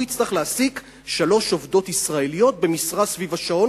הוא יצטרך להעסיק שלוש עובדות ישראליות במשרה סביב השעון,